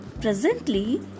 Presently